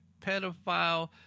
pedophile